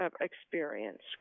experience